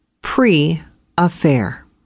Pre-affair